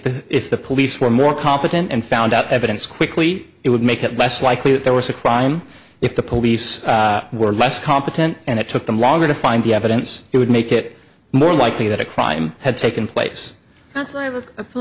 the if the police were more competent and found out evidence quickly it would make it less likely that there was a crime if the police were less competent and it took them longer to find the evidence it would make it more likely that a crime had taken place